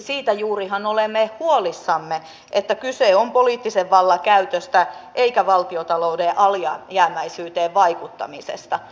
siitähän juuri olemme huolissamme että kyse on poliittisen vallan käytöstä eikä valtiontalouden alijäämäisyyteen vaikuttamisesta